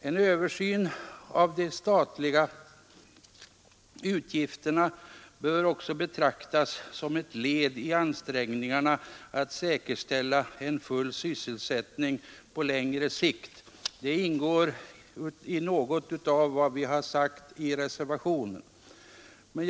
En översyn av de statliga utgifterna bör också betraktas som ett led i ansträngningarna att säkerställa en full sysselsättning på längre sikt. Det ingår i vad vi har sagt i reservationen.